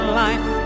life